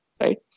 right